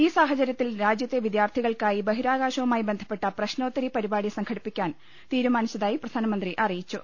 ഈ സാഹചരൃത്തിൽ രാജൃത്തെ വിദ്യാർത്ഥികൾക്കായി ബഹിരാ കാശവുമായി ബന്ധപ്പെട്ട പ്രശ്നോത്തരി പരിപാടി സംഘടിപ്പിക്കാൻ തീരു മാനിച്ചതായി പ്രധാനമന്ത്രി അറിയിച്ചു